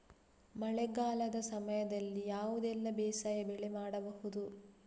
ಮಳೆಗಾಲದ ಸಮಯದಲ್ಲಿ ಯಾವುದೆಲ್ಲ ಬೇಸಾಯ ಬೆಳೆ ಮಾಡಬಹುದು?